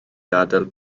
gadael